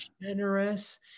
generous